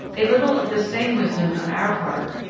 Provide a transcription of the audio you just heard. a little of this same wisdom on our part,